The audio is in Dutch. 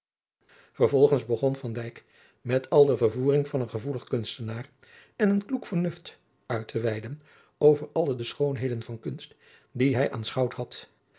vervolgens begon van dijk met al de vervoering van een gevoelig kunstenaar en een kloek vernuft uit te weiden over alle de schoonheden van kunst die hij aanschouwd had